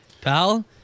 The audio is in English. pal